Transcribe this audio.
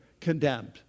condemned